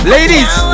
Ladies